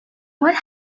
what